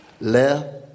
Left